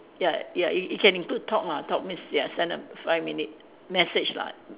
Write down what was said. ya ya it it can include talk lah talk means ya send a five minute message lah